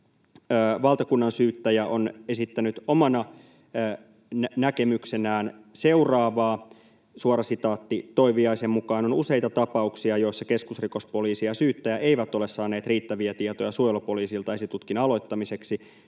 valtakunnansyyttäjä on esittänyt omana näkemyksenään seuraavaa: ”Toiviaisen mukaan on useita tapauksia, joissa keskusrikospoliisi ja syyttäjä eivät ole saaneet riittäviä tietoja suojelupoliisilta esitutkinnan aloittamiseksi.